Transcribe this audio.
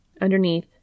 Underneath